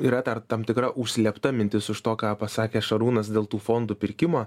yra dar tam tikra užslėpta mintis už to ką pasakė šarūnas dėl tų fondų pirkimo